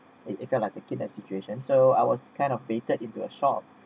if you are like a kidnap situation so I was kind of fainted into a shop